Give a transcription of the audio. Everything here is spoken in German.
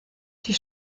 die